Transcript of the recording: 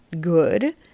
good